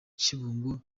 kibungo